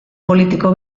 politiko